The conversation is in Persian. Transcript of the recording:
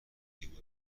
دیده